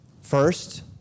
First